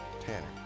Tanner